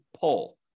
pull